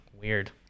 Weird